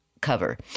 cover